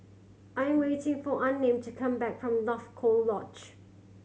I am waiting for Unnamed to come back from North Coast Lodge